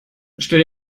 stell